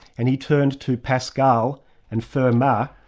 and he turned to pascal and fermat,